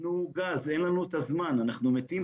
תנו גז, אין לנו את הזמן, אנחנו מתים פה.